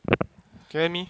can hear me